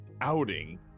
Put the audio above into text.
outing